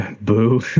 Boo